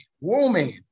woman